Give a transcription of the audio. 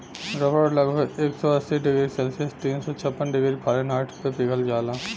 रबड़ लगभग एक सौ अस्सी डिग्री सेल्सियस तीन सौ छप्पन डिग्री फारेनहाइट पे पिघल जाला